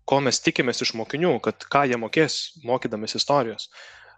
ko mes tikimės iš mokinių kad ką jie mokės mokydamiesi istorijos